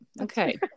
Okay